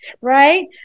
Right